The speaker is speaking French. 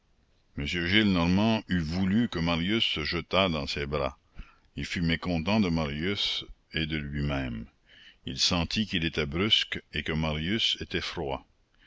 m gillenormand eût voulu que marius se jetât dans ses bras il fut mécontent de marius et de lui-même il sentit qu'il était brusque et que marius était froid